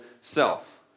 self